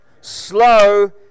slow